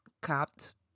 copped